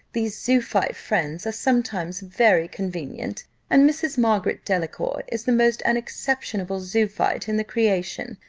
these zoophite friends, are sometimes very convenient and mrs. margaret delacour is the most unexceptionable zoophite in the creation.